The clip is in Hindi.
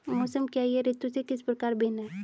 मौसम क्या है यह ऋतु से किस प्रकार भिन्न है?